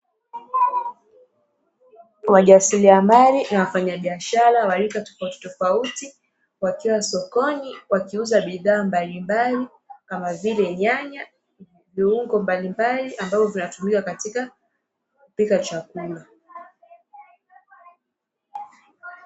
Wajasiriamali na wafanyabishara wa rika tofautitofauti, wakiwa sokoni wakiuza bidhaa mbalimbali kama vile nyanya viungo mbalimbali ambavyo vinatumika katika kupika chakula.